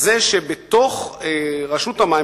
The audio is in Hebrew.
זה שבתוך רשות המים,